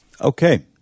okay